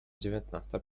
dziewiętnasta